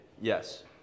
yes